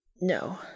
No